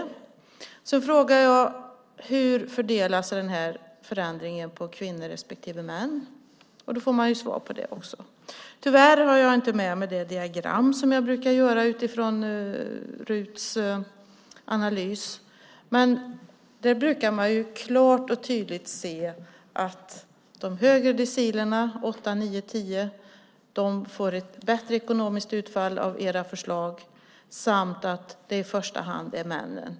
Sedan frågar jag hur den här förändringen fördelar sig på kvinnor respektive män, och då får jag svar på det också. Tyvärr har jag inte med mig det diagram som jag brukar göra utifrån RUT:s analys, men där brukar man klart och tydligt se att de högre decilerna, 8, 9 och 10, får ett bättre ekonomiskt utfall av era förslag samt att det i första hand gäller männen.